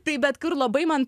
taip bet kur labai man